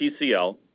PCL